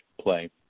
play